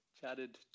chatted